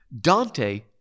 Dante